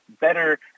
better